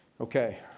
Okay